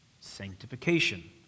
sanctification